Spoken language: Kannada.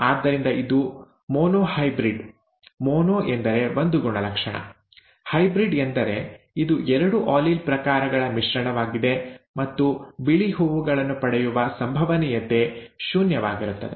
ಆದ್ದರಿಂದ ಇದು ಮೊನೊಹೈಬ್ರಿಡ್ ಮೊನೊ ಎಂದರೆ ಒಂದು ಗುಣಲಕ್ಷಣ ಹೈಬ್ರಿಡ್ ಎಂದರೆ ಇದು ಎರಡು ಆಲೀಲ್ ಪ್ರಕಾರಗಳ ಮಿಶ್ರಣವಾಗಿದೆ ಮತ್ತು ಬಿಳಿ ಹೂವುಗಳನ್ನು ಪಡೆಯುವ ಸಂಭವನೀಯತೆ ಶೂನ್ಯವಾಗಿರುತ್ತದೆ